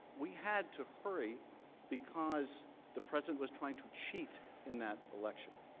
we had to hurry because the president was trying to cheat in that election.